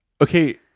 okay